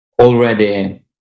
already